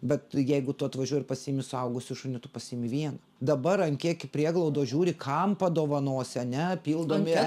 bet jeigu tu atvažiuoji ir pasiimi suaugusį šunį tu pasiimi vieną dabar ant kiek į prieglaudos žiūri kam padovanosi ane pildomi